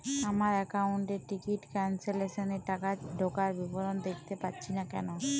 আমার একাউন্ট এ ticket cancellation এর টাকা ঢোকার বিবরণ দেখতে পাচ্ছি না কেন?